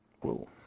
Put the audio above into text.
Whoa